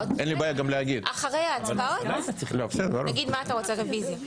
אחרי ההצבעות, תגיד היכן אתה רוצה רוויזיה.